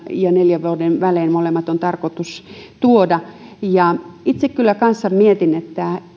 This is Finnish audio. ja neljän vuoden välein molemmat on tarkoitus tuoda itse kyllä kanssa mietin